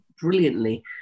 brilliantly